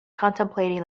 contemplating